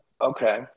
Okay